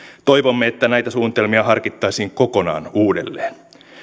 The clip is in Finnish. toivomme että näitä suunnitelmia harkittaisiin kokonaan uudelleen